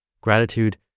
Gratitude